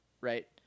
right